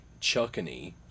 Chuckany